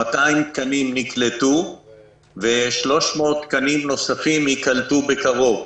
200 תקנים נקלטו ו-300 תקנים נוספים ייקלטו בקרוב.